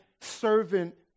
servant